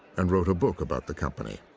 and wrote a book about the company.